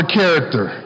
character